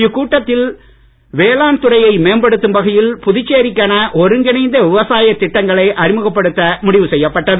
இக்கூட்டத்தில் வேளாண் துறையை மேம்படுத்தும் வகையில் புதுச்சேரிக்கென ஒருங்கிணைந்த விவசாய திட்டங்களை அறிமுகப்படுத்த முடிவு செய்யப்பட்டது